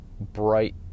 bright